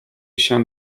się